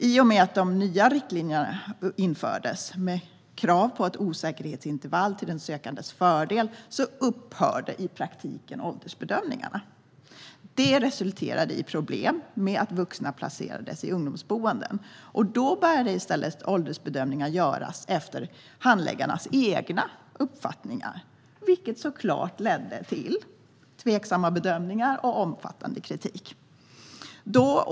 I och med att nya riktlinjer infördes med krav på att osäkerhetsintervallet skulle vara till den sökandes fördel upphörde i praktiken åldersbedömningarna. Det resulterade i problem med att vuxna placerades i ungdomsboenden. Då började i stället åldersbedömningar göras efter handläggarnas egna uppfattningar, vilket såklart ledde till tveksamma bedömningar och omfattande kritik.